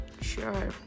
sure